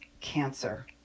cancer